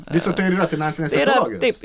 visa tai ir yra finansinės technologijos